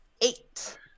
Eight